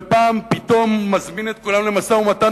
ופעם פתאום מזמין את כולם למשא-ומתן,